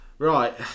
Right